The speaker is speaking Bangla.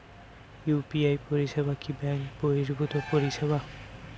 ইউ.পি.আই পরিসেবা কি ব্যাঙ্ক বর্হিভুত পরিসেবা?